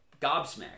gobsmacked